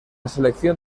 selección